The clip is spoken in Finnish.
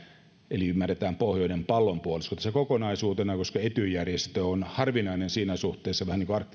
eli ymmärretään pohjoinen pallonpuolisko tässä kokonaisuutena koska ety järjestö vähän niin kuin arktinen neuvostokin on harvinainen siinä suhteessa että